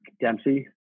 Dempsey